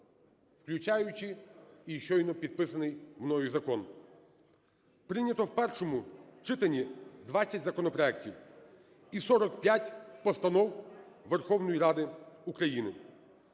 включаючи і щойно підписаний мною закон. Прийнято в першому читанні 20 законопроектів і 45 постанов Верховної Ради України.